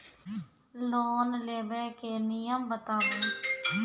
Loan लेबे के नियम बताबू?